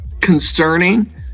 concerning